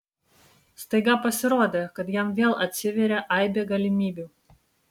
staiga pasirodė kad jam vėl atsiveria aibė galimybių